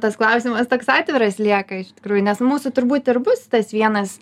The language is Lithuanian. tas klausimas toks atviras lieka iš tikrųjų nes mūsų turbūt ir bus tas vienas